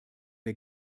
der